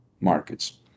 markets